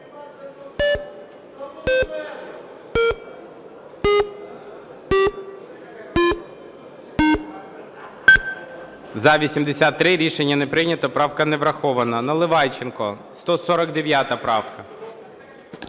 За-83 Рішення не прийнято, правка не врахована. Наливайченко, 149 правка.